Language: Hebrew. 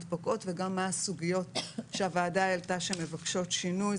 פוקעות וגם מה הסוגיות שהוועדה העלתה שמבקשות שינוי.